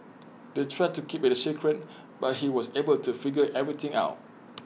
they tried to keep IT A secret but he was able to figure everything out